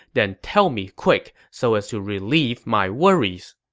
then tell me quick so as to relieve my worries.